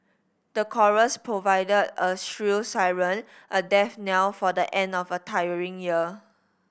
the chorus provided a shrill siren a death knell for the end of a tiring year